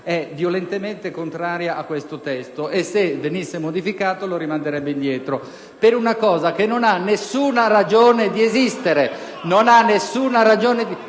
è violentemente contrario a questo testo e, ove esso venisse modificato, lo rimanderebbe indietro per una cosa che non ha nessuna ragione di esistere.